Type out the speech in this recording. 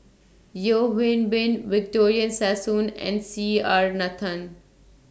Yeo Hwee Bin Victoria Sassoon and C R Nathan